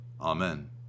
Amen